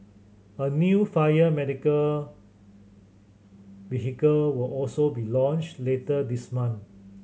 a new fire medical vehicle will also be launched later this month